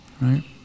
right